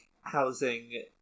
housing